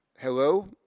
Hello